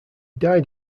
died